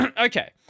Okay